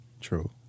true